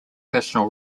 personal